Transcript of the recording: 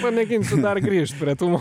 pamėginsiu dar grįžt prie tų